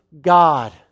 God